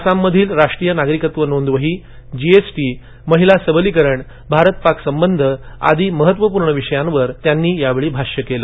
आसाममधील राष्ट्रीय नागरिकत्व नोंद वही जी एस टी महिला सबलीकरण भारत पाक संबंध आदी महत्त्वपूर्ण विषयावर त्यांनी यावेळी भाष्य केल